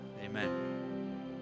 amen